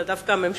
אלא דווקא הממשלה,